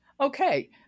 Okay